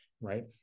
right